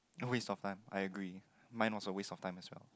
a waste of time I agree mine also waste of time as well